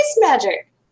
magic